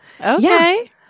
Okay